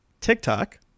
TikTok